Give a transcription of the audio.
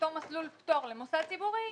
לא צריך עכשיו תיקון לחוק הפטקא,